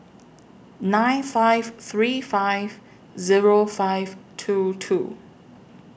nine five three five Zero five two two